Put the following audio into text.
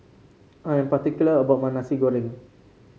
I am particular about my Nasi Goreng